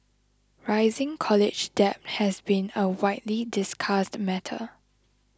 rising college debt has been a widely discussed matter